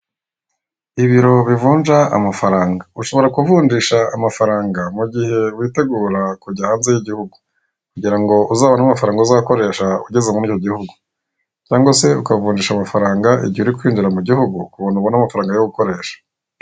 Ibiro bivunja amafaranga ushobora kuvunjisha amafaranga, mu gihe witegura kujya hanze y'igihugu kugira ngo uzabona amafaranga uzakoresha ugeze muri icyo gihugu cyangwa se ukavunjisha amafaranga igihe uri kwinjira mu gihugu kubona ubone amafaranga yo gukoresha.